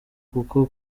kuko